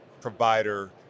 provider